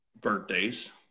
birthdays